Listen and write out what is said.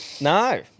No